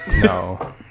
No